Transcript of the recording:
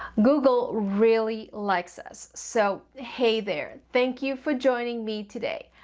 google really likes us, so, hey there, thank you for joining me today.